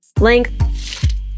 length